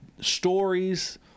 stories